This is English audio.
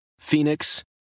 Phoenix